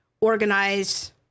organize